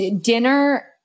Dinner